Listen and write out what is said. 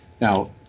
Now